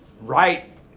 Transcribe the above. right